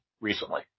recently